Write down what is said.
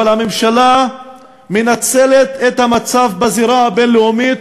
אבל הממשלה מנצלת את המצב בזירה הבין-לאומית,